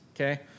Okay